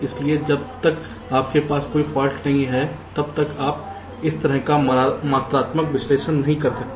इसलिए जब तक आपके पास कोई फॉल्ट नहीं है तब तक आप इस तरह का मात्रात्मक विश्लेषण नहीं कर सकते